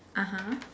(uh huh)